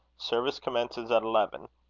service commences at eleven.